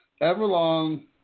Everlong